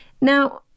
Now